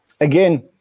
again